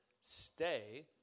stay